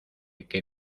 que